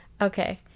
Okay